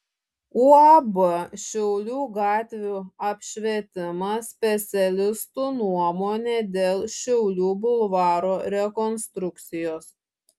uab šiaulių gatvių apšvietimas specialistų nuomonė dėl šiaulių bulvaro rekonstrukcijos